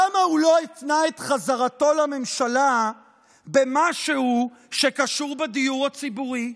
למה הוא לא התנה את חזרתו לממשלה במשהו שקשור בדיור הציבורי?